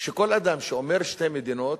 שכל אדם שאומר "שתי מדינות",